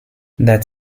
that